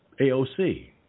AOC